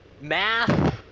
math